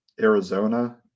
Arizona